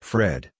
Fred